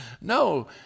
No